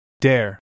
Dare